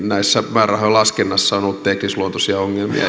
määrärahojen laskennassa on ollut teknisluontoisia